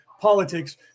politics